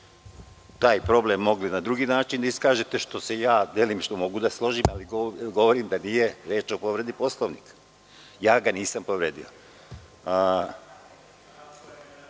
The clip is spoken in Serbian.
taj problem mogli na drugi način da iskažete, sa čime delimično mogu da se složim, ali govorim da nije reč o povredi Poslovnika. Ja ga nisam povredio.(Vladimir